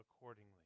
accordingly